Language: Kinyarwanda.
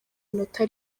inota